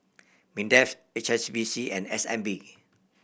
MINDEF H S B C and S N B